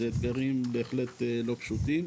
אלו אתגרים בהחלט לא פשוטים.